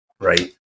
right